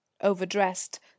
overdressed